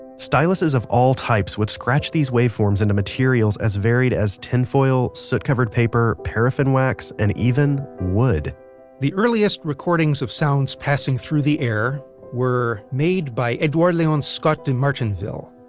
styluses of all types would scratch these waveforms into materials as varied as tin foil, soot-covered paper, paraffin wax, and even, wood the earliest recordings of sounds passing through the air were made by edouard-leon scott de martinville.